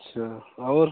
अच्छा और